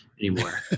anymore